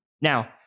Now